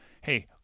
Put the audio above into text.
hey